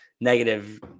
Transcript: negative